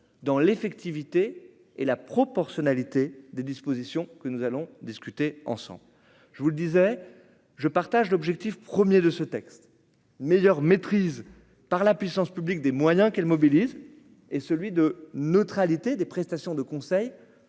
dans l'effectivité et la proportionnalité des dispositions que nous allons discuter ensemble, je vous le disais, je partage l'objectif 1er de ce texte meilleure maîtrise, par la puissance publique des moyens qu'elle mobilise et celui de neutralité des prestations de conseil